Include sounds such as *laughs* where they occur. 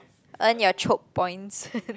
earn your Chope points *laughs*